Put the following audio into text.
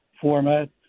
format